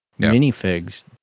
Minifigs